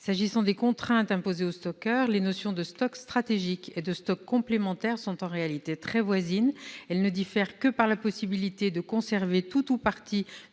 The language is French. S'agissant des contraintes imposées aux stockeurs, les notions de stocks stratégiques et de stocks complémentaires sont en réalité très voisines. Elles ne diffèrent que par la possibilité de conserver tout ou partie